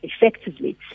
effectively